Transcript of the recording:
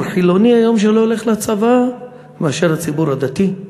חילוני שלא הולך לצבא מאשר הציבור הדתי.